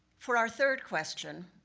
for our third question,